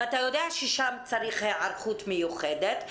אתה יודע ששם צריך היערכות מיוחדת.